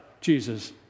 Jesus